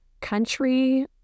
country